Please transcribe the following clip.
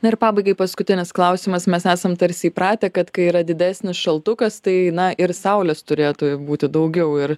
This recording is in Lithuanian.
na ir pabaigai paskutinis klausimas mes esam tarsi įpratę kad kai yra didesnis šaltukas tai na ir saulės turėtų būti daugiau ir